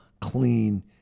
clean